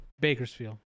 Bakersfield